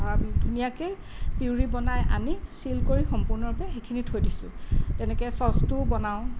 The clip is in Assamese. ধুনীয়াকে পিউৰি বনাই আনি শ্বিল কৰি সম্পূৰ্ণৰূপে সেইখিনি থৈ দিছোঁ তেনেকৈ চ'চটোও বনাওঁ